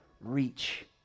reach